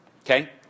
okay